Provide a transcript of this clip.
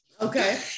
Okay